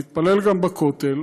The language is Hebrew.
להתפלל גם בכותל,